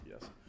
yes